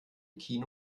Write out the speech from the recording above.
kino